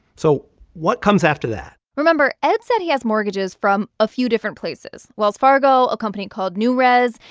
so what comes after that? remember ed said he has mortgages from a few different places wells fargo, a company called newrez.